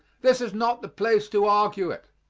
this is not the place to argue it.